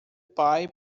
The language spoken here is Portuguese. pai